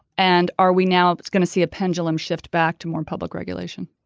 and are we now. it's going to see a pendulum shift back to more public regulation